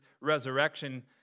resurrection